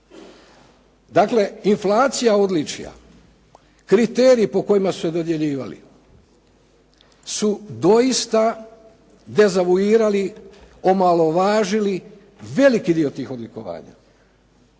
Dakle, inflacija odličja, kriteriji po kojima su se dodjeljivali su doista dezavuirali, omalovažili veliki dio tih odlikovanja.